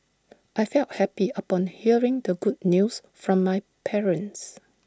I felt happy upon hearing the good news from my parents